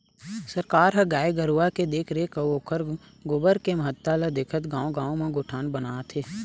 सरकार ह गाय गरुवा के देखरेख अउ ओखर गोबर के महत्ता ल देखत गाँव गाँव म गोठान बनात हे